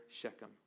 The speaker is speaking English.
Shechem